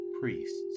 priests